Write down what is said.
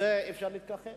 לזה אי-אפשר להתכחש.